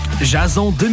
jason